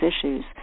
issues